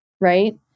Right